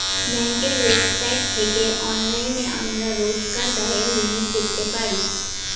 ব্যাঙ্কের ওয়েবসাইট থেকে অনলাইনে আমরা রোজকার ব্যায়ের লিমিট দেখতে পারি